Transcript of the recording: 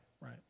Right